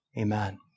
Amen